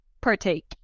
partake